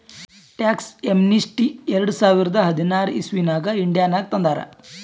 tax amnesty ಎರಡ ಸಾವಿರದ ಹದಿನಾರ್ ಇಸವಿನಾಗ್ ಇಂಡಿಯಾನಾಗ್ ತಂದಾರ್